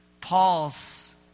Paul's